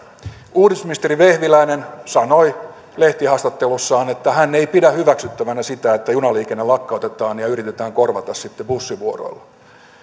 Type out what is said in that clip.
uudistusministeri vehviläinen sanoi lehtihaastattelussaan että hän ei pidä hyväksyttävänä sitä että junaliikenne lakkautetaan ja yritetään korvata sitten bussivuoroilla